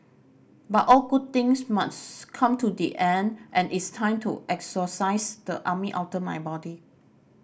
but all good things must come to the end and it's time to exorcise the army outta my body